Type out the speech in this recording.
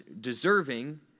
deserving